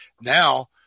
now